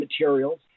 materials